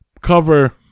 cover